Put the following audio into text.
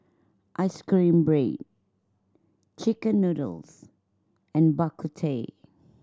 ice cream bread chicken noodles and Bak Kut Teh